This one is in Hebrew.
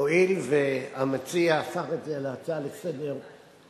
הואיל והמציע הפך את זה להצעה לסדר-היום,